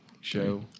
show